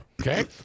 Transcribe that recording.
okay